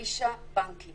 9 בנקים